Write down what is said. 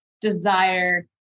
desire